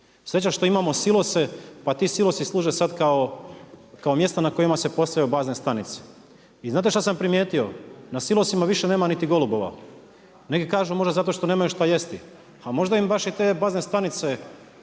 Sreća što imamo silose, pa ti silosi služe sad kao, kao mjesto na kojima su postavljaju bazne stanice. I znate što sam primijetio? Na silosima više nema niti golubova. Neki kažu možda zato što nemaju šta jesti, a možda im baš i te bazne stanice